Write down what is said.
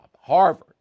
Harvard